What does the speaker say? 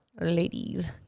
ladies